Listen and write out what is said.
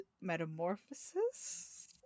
metamorphosis